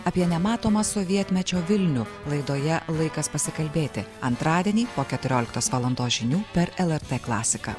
apie nematomą sovietmečio vilnių laidoje laikas pasikalbėti antradienį po keturioliktos valandos žinių per lrt klasiką